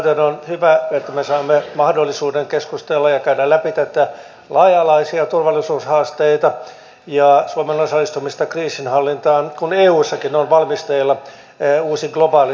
samaten on hyvä että me saimme mahdollisuuden keskustella ja käydä läpi näitä laaja alaisia turvallisuushaasteita ja suomen osallistumista kriisinhallintaan kun eussakin on valmisteilla uusi globaali strategia